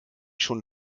schon